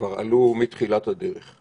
כבר עלו מתחילת הדרך.